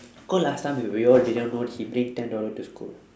cause last time w~ we all didn't know he bring ten dollar to school